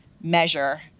measure